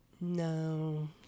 No